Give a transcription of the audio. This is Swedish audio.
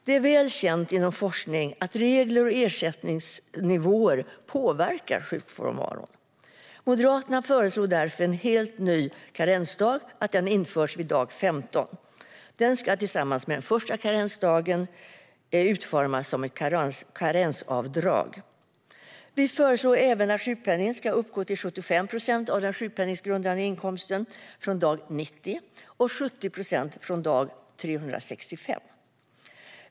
Det är väl känt inom forskningen att regler och ersättningsnivåer påverkar sjukfrånvaron. Moderaterna föreslår därför att en ny karensdag ska införas dag 15. Den ska tillsammans med den första karensdagen utformas som ett karensavdrag. Vi föreslår även att sjukpenningen ska uppgå till 75 procent av den sjukpenninggrundande inkomsten från dag 90 och till 70 procent från dag 365.